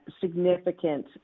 significant